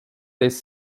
des